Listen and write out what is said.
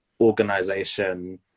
organization